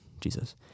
Jesus